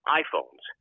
iPhones